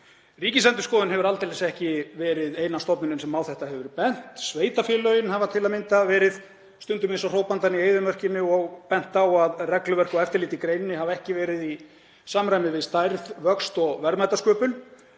Ríkisendurskoðun hefur aldeilis ekki verið eina stofnunin sem á þetta hefur bent. Sveitarfélögin hafa til að mynda stundum verið eins og hrópandinn í eyðimörkinni og bent á að regluverk og eftirlit með greininni hafi ekki verið í samræmi við stærð, vöxt og verðmætasköpun.